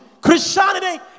Christianity